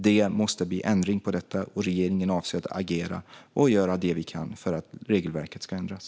Det måste bli ändring på detta, och regeringen avser att agera och göra det vi kan för att regelverket ska ändras.